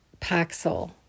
Paxil